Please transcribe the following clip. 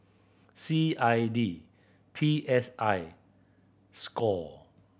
C I D P S I score